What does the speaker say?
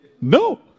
No